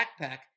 backpack